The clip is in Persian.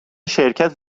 شرکت